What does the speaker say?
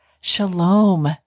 Shalom